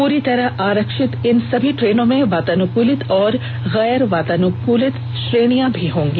पूरी तरह आरक्षित इन सभी ट्रेनों में वातानुकूलित और गेर वातानुकलित श्रेणियां होंगी